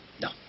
No